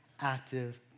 active